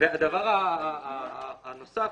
ודבר נוסף,